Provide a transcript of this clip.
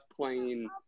playing